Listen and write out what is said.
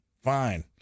Fine